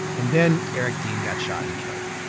and then eric dean got shot and killed.